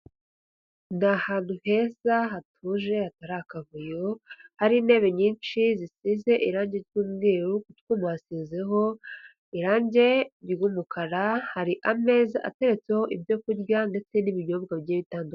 Ni ahantu heza hatuje hatari akavuyo, hari intebe nyinshi zisize irange ry'umweruru, ku twuma hasizeho irange ry'umukara, hari ameza ateretseho ibyo kurya ndetse n'ibinyobwa bigiye bitandukanye.